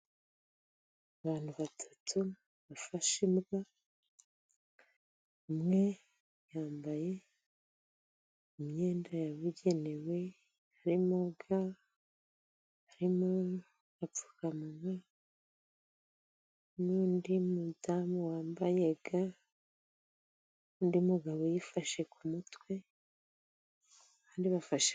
Abantu batatu bafashe imbwa. Umwe yambaye imyenda yabugenewe harimo ga , harimo agapfukamunwa. N'undi mudamu wambaye ga, n'undi mugabo uyifashe ku mutwe, kandi bafashe,....